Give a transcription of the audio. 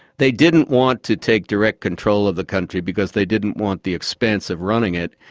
they didn't want to take direct control of the country, because they didn't want the expense of running it.